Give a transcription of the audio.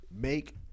make